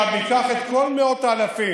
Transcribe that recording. לצעירים, עכשיו ניקח את כל מאות האלפים,